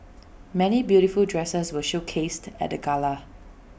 many beautiful dresses were showcased at the gala